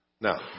Now